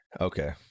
Okay